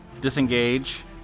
disengage